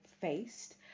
faced